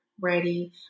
ready